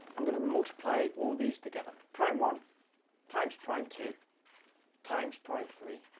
i'm going to multiply all these together prime one times prime two times prime three,